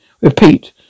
Repeat